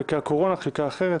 חקיקת קורונה וחקיקה אחרת,